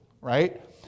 right